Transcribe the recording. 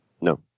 No